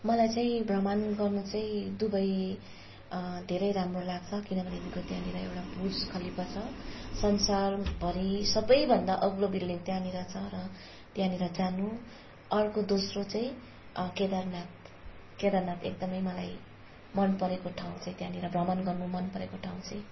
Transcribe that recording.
मलाई चाहिँ भ्रमण गर्न चाहिँ दुबई धेरै राम्रो लाग्छ किनभने तिनीहरूको त्यहाँनेर एउटा बुर्ज खलिफा छ संसारभरि सबभन्दा अग्लो बिल्डिङ त्यहाँनेर छ र त्यहाँनेर जानु अर्को दोस्रो चाहिँ केदारनाथ केदारनाथ एकदमै मलाई मन परेको ठाउँ चाहिँ त्यहाँनेर भ्रमण गर्नु मन परेको ठाउँ चाहिँ